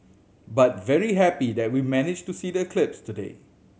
but very happy that we managed to see the eclipse today